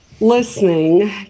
Listening